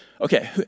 okay